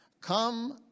Come